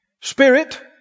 Spirit